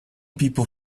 people